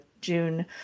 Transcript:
June